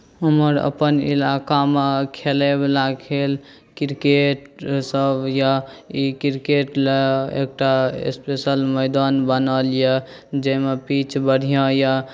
हमर अपन इलाकामे खेलयवला खेल क्रिकेटसभ यए ई क्रिकेट लए एकटा स्पेशल मैदान बनल यए जाहिमे पीच बढ़िआँ यए